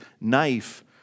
knife